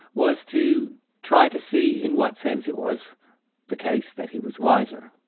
was to try to see in what sense it was the case that he was wiser.